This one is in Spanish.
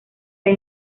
las